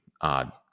Odd